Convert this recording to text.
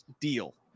deal